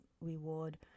reward